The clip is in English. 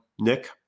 Nick